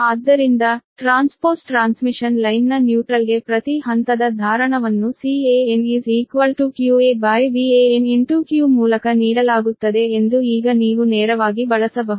ಆದ್ದರಿಂದ transpose transmission ಲೈನ್ನ ನ್ಯೂಟ್ರಲ್ಗೆ ಪ್ರತಿ ಹಂತದ ಧಾರಣವನ್ನು Can qaVan q ಮೂಲಕ ನೀಡಲಾಗುತ್ತದೆ ಎಂದು ಈಗ ನೀವು ನೇರವಾಗಿ ಬಳಸಬಹುದು